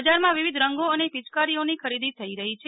બજારમાં વિવિધ રંગો અને પીયકારીઓની ખરીદી થઇ રહી છે